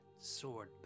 sword